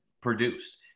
produced